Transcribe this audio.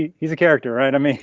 ah he's a character, right? i mean